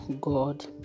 God